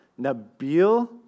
Nabil